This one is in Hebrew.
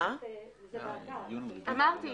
אמרתי,